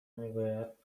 میگوید